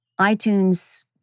iTunes